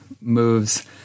moves